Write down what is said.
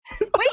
Wait